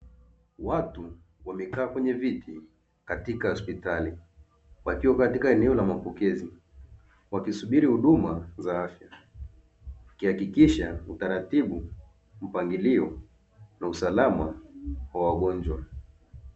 Watu wamekaa kwenye viti katika hospitali wakiwa katika eneo la mapokezi wakisubiri huduma za afya, wakihakikisha utaratibu ,mpangilio na usalama wa wagonjwa.